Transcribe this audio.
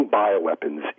bioweapons